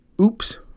oops